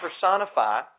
personify